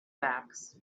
backs